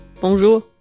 Bonjour